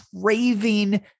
craving